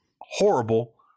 horrible